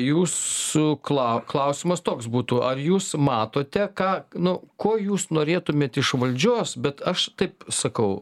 jūsų kla klausimas toks būtų ar jūs matote ką nu ko jūs norėtumėt iš valdžios bet aš taip sakau